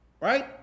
right